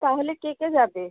তাহলে কে কে যাবে